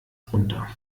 runter